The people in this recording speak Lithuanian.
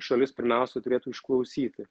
šalis pirmiausia turėtų išklausyti